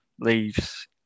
leaves